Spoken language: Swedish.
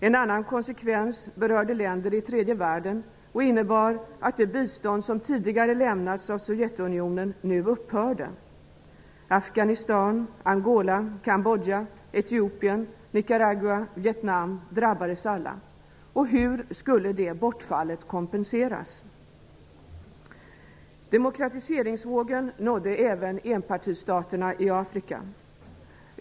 En annan konsekvens berörde länder i tredje världen och innebar att det bistånd som tidigare lämnats av Cambodja, Etiopien, Nicaragua och Vietnam drabbades alla. Hur skulle det bortfallet kompenseras? Demokratiseringsvågen nådde även enpartistaterna i Afrika.